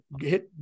hit